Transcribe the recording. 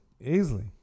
Easily